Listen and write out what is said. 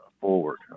forward